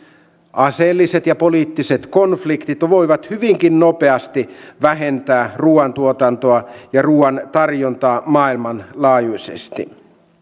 aseelliset ja poliittiset konf liktit voivat hyvinkin nopeasti vähentää ruuan tuotantoa ja ruuan tarjontaa maailmanlaajuisesti